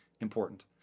important